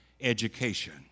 education